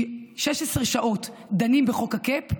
כי 16 שעות דנים בחוק ה-cap,